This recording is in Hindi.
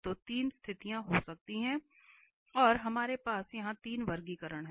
तो तीन स्थितियां हो सकती हैं और हमारे पास यहां तीन वर्गीकरण हैं